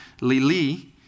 Lili